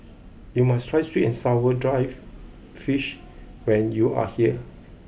you must try sweet and sour drive fish when you are here